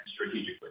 strategically